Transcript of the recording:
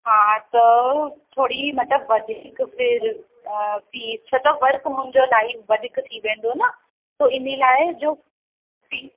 हा त थोरी मतिलब वधीक फ़िर फ़ीस छो त वर्क मुंहिंजो इलाही वधीक थी वेंदो न तो इन लाइ जो फ़ीस